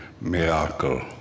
miracle